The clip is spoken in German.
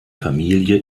familie